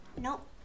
Nope